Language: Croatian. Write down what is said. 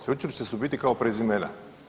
Sveučilišta su u biti kao prezimena.